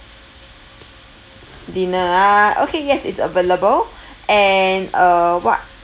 dinner ah okay yes it's available and uh what